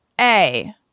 A-